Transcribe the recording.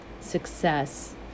success